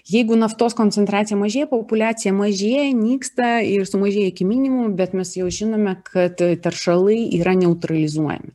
jeigu naftos koncentracija mažėja populiacija mažėja nyksta ir sumažėja iki minimumo bet mes jau žinome kad teršalai yra neutralizuojami